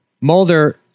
Mulder